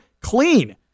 clean